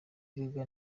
gaga